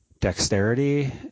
dexterity